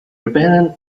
rebellion